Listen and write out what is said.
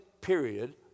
period